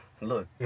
look